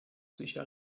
sicher